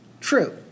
true